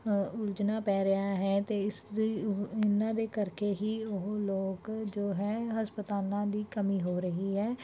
ਉਲਝਣਾ ਪੈ ਰਿਹਾ ਹੈ ਅਤੇ ਇਸਦੀ ਇਹਨਾਂ ਦੇ ਕਰਕੇ ਹੀ ਉਹ ਲੋਕ ਜੋ ਹੈ ਹਸਪਤਾਲਾਂ ਦੀ ਕਮੀ ਹੋ ਰਹੀ ਹੈ